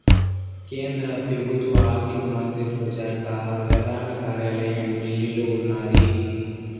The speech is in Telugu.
కేంద్ర పెబుత్వ ఆర్థిక మంత్రిత్వ శాక పెదాన కార్యాలయం ఢిల్లీలో ఉన్నాది